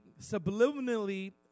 subliminally